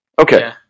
Okay